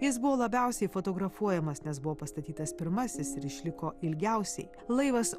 jis buvo labiausiai fotografuojamas nes buvo pastatytas pirmasis ir išliko ilgiausiai laivas